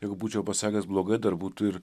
jeigu būčiau pasakęs blogai dar būtų ir